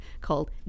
called